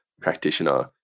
practitioner